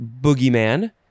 boogeyman